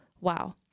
wow